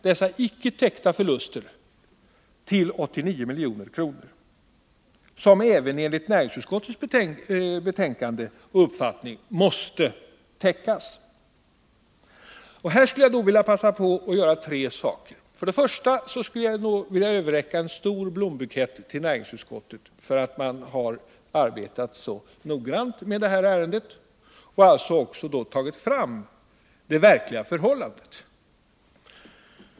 Dessa icke täckta förluster uppgår till 89 milj.kr., och också det måste enligt näringsutskottets uppfattning täckas. I det sammanhanget skulle jag för det första vilja överräcka en stor blombukett till näringsutskottet för att man har arbetat så noggrant med det här ärendet och redovisat det verkliga förhållandet.